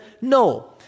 No